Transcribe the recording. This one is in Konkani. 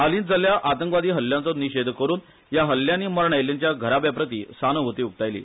हालीच जाल्ल्या आंतकवादी हल्ल्यांचो निशेध करून या हल्ल्यांनी मर्ण आयिल्ल्यांच्या घराब्याप्रती सानुभूती उक्तायली